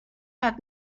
hat